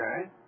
Okay